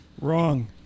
Wrong